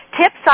tips